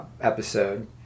episode